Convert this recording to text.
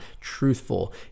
truthful